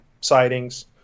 sightings